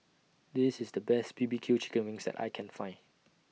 This IS The Best B B Q Chicken Wings that I Can Find